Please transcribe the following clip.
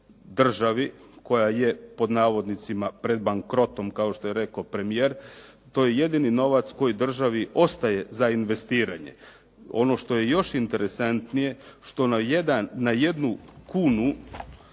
državi koja je "pred bankrotom" kao što je rekao premijer, to je jedini novac koji državi ostaje za investiranje. Ono što je još interesantnije, što na jednu kunu